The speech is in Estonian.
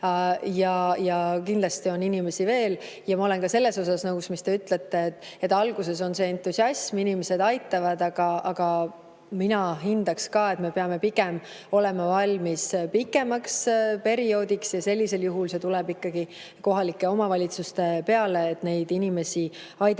[selliseid] inimesi. Ma olen sellega nõus, mis te ütlete, et alguses on entusiasm, inimesed aitavad, aga mina hindaks ka, et me peame pigem olema valmis pikemaks perioodiks ja sellisel juhul see tuleb ikkagi kohalike omavalitsuste peale, et neid inimesi aidata.